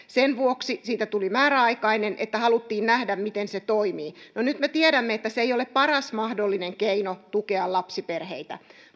sen vuoksi siitä tuli määräaikainen että haluttiin nähdä miten se toimii no nyt me tiedämme että se ei ole paras mahdollinen keino tukea lapsiperheitä